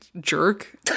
jerk